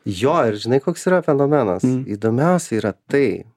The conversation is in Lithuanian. jo ir žinai koks yra fenomenas įdomiausia yra tai